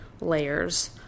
layers